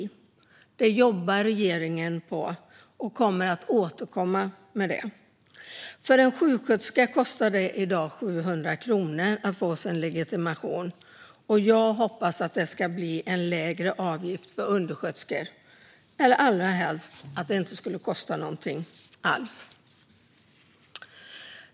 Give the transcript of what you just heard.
Regeringen jobbar med det och kommer att återkomma. För en sjuksköterska kostar det i dag 700 kronor att få sin legitimation. Jag hoppas att det blir en lägre avgift för undersköterskor eller allra helst att det inte kostar någonting alls.